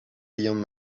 beyond